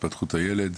להתפתחות הילד,